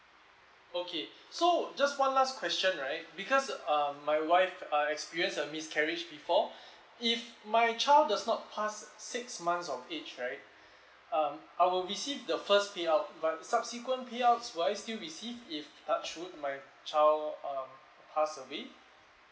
okay so just one last question right because um my wife are experienced a miscarriage before if my child does not pass six months of age right um I'll receive the first payout but subsequently payout wise still receive if touch wood my child um pass away